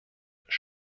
des